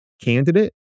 candidate